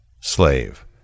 Slave